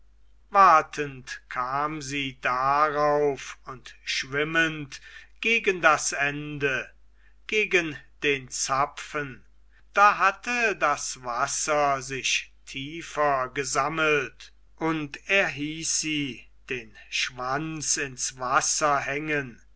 watend kam sie darauf und schwimmend gegen das ende gegen den zapfen da hatte das wasser sich tiefer gesammelt und er hieß sie den schwanz ins wasser hängen